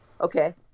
Okay